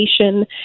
education